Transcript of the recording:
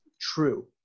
true